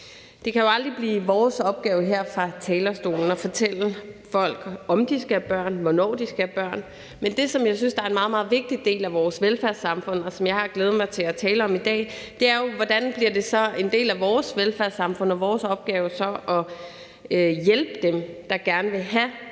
Det kan jo aldrig blive vores opgave her fra talerstolen at fortælle folk, om de skal have børn, og hvornår de skal have børn, men det, som jeg synes er en meget, meget vigtig del af vores velfærdssamfund, og som jeg har glædet mig til at tale om i dag, er jo, hvordan det så bliver en del af vores velfærdssamfund og vores opgave at hjælpe dem, der gerne vil have børn,